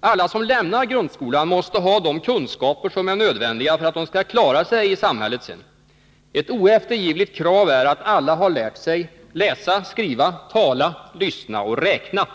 Alla som lämnar grundskolan måste ha de kunskaper som är nödvändiga för att de sedan skall klara sig i samhället. Ett oeftergivligt krav är att alla har lärt sig läsa, skriva, tala, lyssna och räkna.